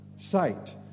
sight